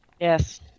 Yes